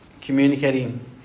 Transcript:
communicating